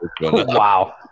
Wow